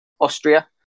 Austria